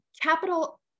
capital